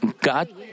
God